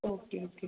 okay ஓகேங்க